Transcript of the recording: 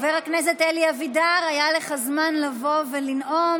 חבר הכנסת אלי אבידר, היה לך זמן לבוא ולנאום.